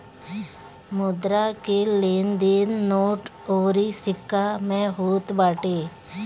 मुद्रा के लेन देन नोट अउरी सिक्का में होत बाटे